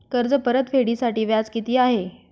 कर्ज परतफेडीसाठी व्याज किती आहे?